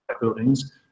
buildings